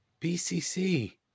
BCC